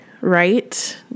right